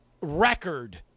record